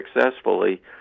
successfully